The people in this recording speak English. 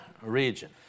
region